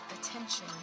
attention